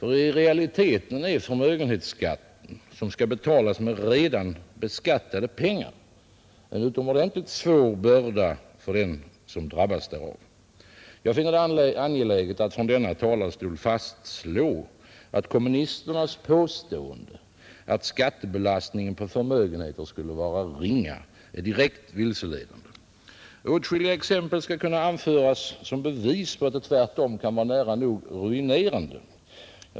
I realiteten är förmögenhetsskatten, som skall betalas med redan beskattade pengar, en utomordentligt tung börda för dem den drabbar. Jag finner det angeläget att från denna talarstol slå fast, att kommunisternas påstående att skattebelastningen på förmögenheter skulle vara ringa är direkt vilseledande. Åtskilliga exempel skulle kunna anföras som bevis på att den tvärtom kan vara nära nog ruinerande.